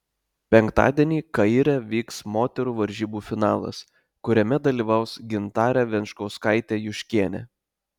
penktadienį kaire vyks moterų varžybų finalas kuriame dalyvaus gintarė venčkauskaitė juškienė